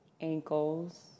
ankles